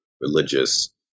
religious